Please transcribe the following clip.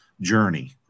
journey